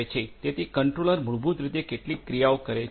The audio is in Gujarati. તેથી કંટ્રોલર મૂળભૂત રીતે કેટલીક ક્રિયાઓ કરે છે